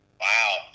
Wow